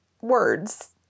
words